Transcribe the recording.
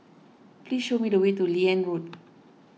please show me the way to Liane Road